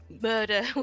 Murder